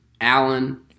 Allen